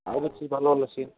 ଆଉ କିଛି ଭଲ ଭଲ ସିନ୍